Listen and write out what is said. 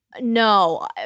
No